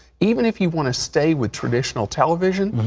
even if you want to stay with traditional television,